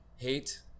Hate